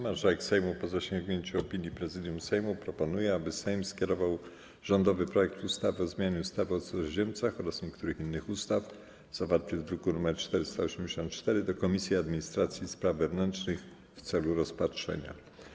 Marszałek Sejmu, po zasięgnięciu opinii Prezydium Sejmu, proponuje, aby Sejm skierował rządowy projekt ustawy o zmianie ustawy o cudzoziemcach oraz niektórych innych ustaw, zawarty w druku nr 484, do Komisji Administracji i Spraw Wewnętrznych w celu rozpatrzenia.